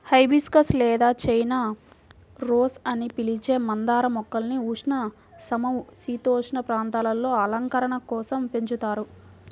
hibiscus లేదా China rose అని పిలిచే మందార మొక్కల్ని ఉష్ణ, సమసీతోష్ణ ప్రాంతాలలో అలంకరణ కోసం పెంచుతారు